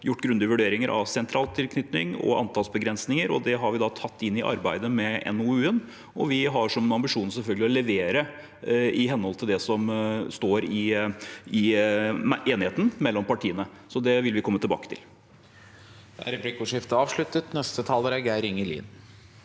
gjort grundige vurderinger av sentraltilknytning og antallsbegrensninger, og det har vi da tatt inn i arbeidet med NOU-en. Vi har selvfølgelig som ambisjon å levere i henhold til det som står i enigheten mellom partiene, så det vil vi komme tilbake til.